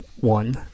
one